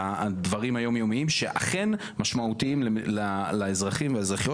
לדברים היום-יומיים שאכן משמעותיים לאזרחים ולאזרחיות